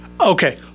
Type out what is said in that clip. Okay